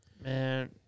man